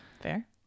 Fair